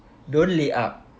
don't need